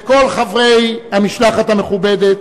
כל חברי המשלחת המכובדת,